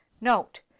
Note